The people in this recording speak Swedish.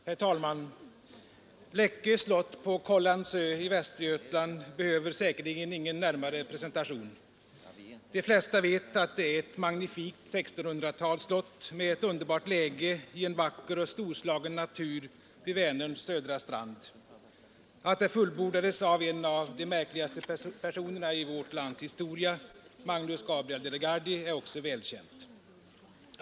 Herr talman! Läckö slott på Kållandsö i Västergötland behöver säkerligen ingen närmare presentation. De flesta vet att det är ett magnifikt 1600-talsslott med ett underbart läge i en vacker och storslagen natur vid Vänerns södra strand. Att det fullbordades av en av de märkligaste personerna i vårt lands historia, Magnus Gabriel de la Gardie, är också välbekant.